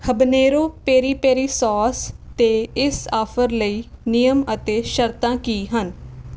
habanero peri peri sauce 'ਤੇ ਇਸ offer ਲਈ ਨਿਯਮ ਅਤੇ ਸ਼ਰਤਾਂ ਕੀ ਹਨ